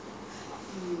I can't do anything